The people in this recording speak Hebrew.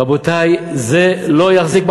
רבותי, זה לא יחזיק.